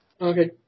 Okay